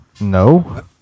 No